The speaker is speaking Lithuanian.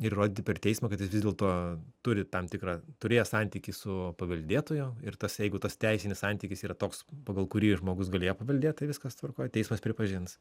ir įrodyti per teismą kad jis vis dėlto turi tam tikrą turėja santykį su paveldėtoju ir tas jeigu tas teisinis santykis yra toks pagal kurį žmogus galėjo paveldėt tai viskas tvarkoj teismas pripažins